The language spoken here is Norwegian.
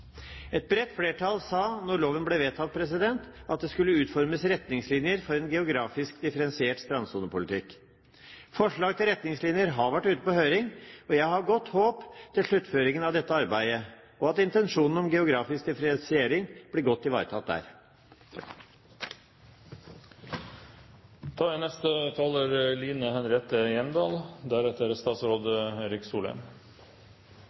Et bredt flertall sa da loven ble vedtatt, at det skulle utformes retningslinjer for en geografisk differensiert strandsonepolitikk. Forslag til retningslinjer har vært ute på høring, og jeg har godt håp med hensyn til sluttføringen av dette arbeidet, og at intensjonen om geografisk differensiering blir godt ivaretatt der.